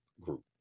group